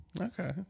Okay